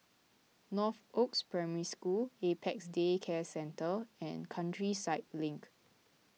Northoaks Primary School Apex Day Care Centre and Countryside Link